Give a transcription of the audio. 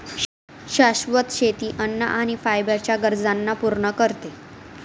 शाश्वत शेती अन्न आणि फायबर च्या गरजांना पूर्ण करते